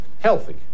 healthy